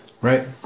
Right